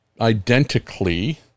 identically